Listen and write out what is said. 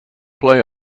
play